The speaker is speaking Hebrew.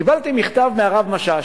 קיבלתי מכתב מהרב משאש,